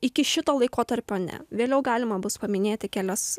iki šito laikotarpio ne vėliau galima bus paminėti kelias